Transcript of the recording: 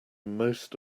most